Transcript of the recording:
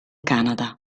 canada